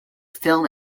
film